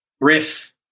riff